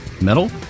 Metal